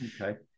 okay